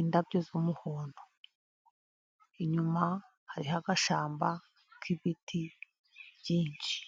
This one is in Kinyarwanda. indabyo z'umuhondo, inyuma hariho agashyamba k'ibiti byinshi.